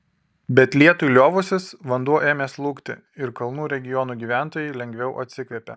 bet lietui liovusis vanduo ėmė slūgti ir kalnų regionų gyventojai lengviau atsikvėpė